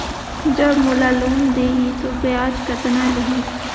जब मोला लोन देही तो ब्याज कतना लेही?